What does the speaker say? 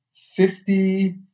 Fifty